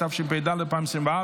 (ערעור על החלטה בדבר פרישה מסיעה), התשפ"ד 2024,